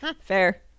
Fair